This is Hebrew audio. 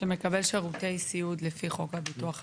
שמקבל שירותי סיעוד לפי חוק הביטוח הלאומי.